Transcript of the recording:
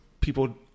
people